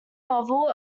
novel